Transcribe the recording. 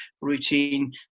routine